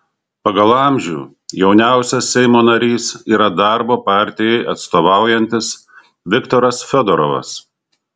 pagal amžių jauniausias seimo narys yra darbo partijai atstovaujantis viktoras fiodorovas